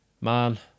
man